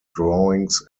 drawings